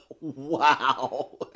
Wow